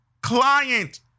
client